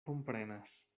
komprenas